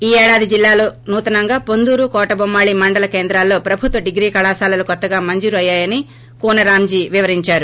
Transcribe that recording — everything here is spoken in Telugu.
ఈ ఏడాది జిల్లాలో నూతనంగా పొందూరు కోటబొమ్మాలీ మండల కేంద్రాల్లో ప్రభుత్వ డిగ్రీ కళాశాలలు కొత్తగా మంజురు అయ్యాయని కూన రాంజీ వివరించారు